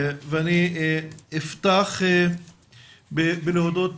ואני אפתח בלהודות,